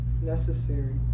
necessary